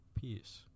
peace